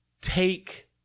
take